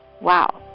Wow